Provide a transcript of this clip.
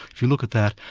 if you look at that,